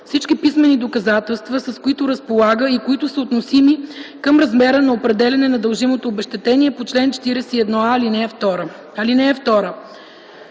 всички писмени доказателства, с които разполага и които са относими към размера на определяне на дължимото обезщетение по чл. 41а, ал. 2. (2) При